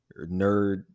nerd